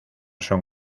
son